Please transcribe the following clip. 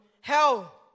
Hell